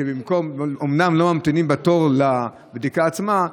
אומנם לא ממתינים בתור לבדיקה עצמה,